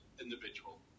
individual